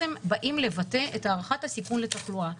באים לבטא את הערכת הסיכון לתחלואה.